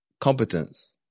competence